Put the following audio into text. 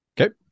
Okay